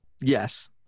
Yes